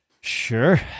Sure